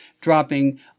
dropping